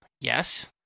yes